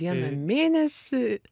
vieną mėnesį